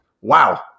Wow